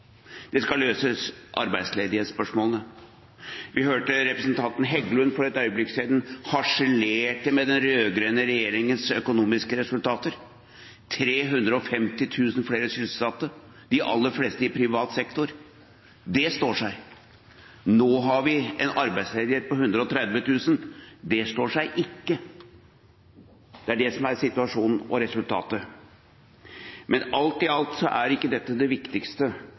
De skal løse arbeidsledighetsspørsmålene. Vi hørte representanten Heggelund for et øyeblikk siden harselere med den rød-grønne regjeringens økonomiske resultater. 350 000 flere sysselsatte – de aller fleste i privat sektor. Det står seg! Nå har vi en arbeidsledighet på 130 000. Det står seg ikke! Det er det som er situasjonen og resultatet. Alt i alt er ikke dette det viktigste.